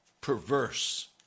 perverse